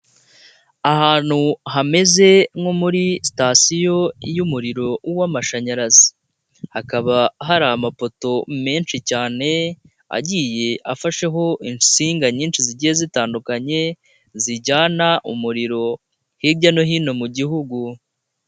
Ahantu hameze nko muri sitasiyo y'umuriro w'amashanyarazi hakaba hari amapoto menshi cyane agiye afasheho insinga nyinshi zigiye zitandukanye zijyana umuriro hirya no hino mu gihugu.